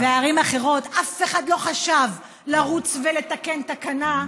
בערים אחרות אף אחד לא חשב לרוץ ולתקן תקנה,